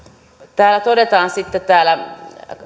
sitten täällä